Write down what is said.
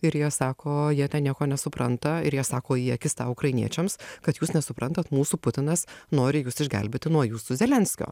ir jie sako jie ten nieko nesupranta ir jie sako į akis tą ukrainiečiams kad jūs nesuprantat mūsų putinas nori jus išgelbėti nuo jūsų zelenskio